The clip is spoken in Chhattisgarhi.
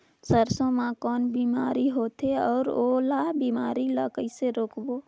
सरसो मा कौन बीमारी होथे अउ ओला बीमारी ला कइसे रोकबो?